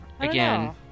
Again